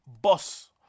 Boss